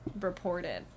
reported